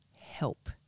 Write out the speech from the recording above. help